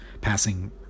passing